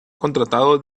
contratado